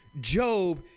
Job